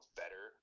better